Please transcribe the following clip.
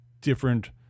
different